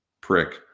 prick